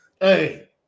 hey